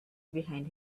behind